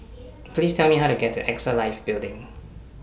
Please Tell Me How to get to AXA Life Building